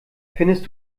findest